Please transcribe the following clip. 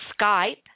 Skype